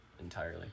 Entirely